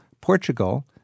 Portugal